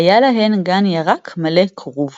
שהיה להן גן ירק מלא כרוב.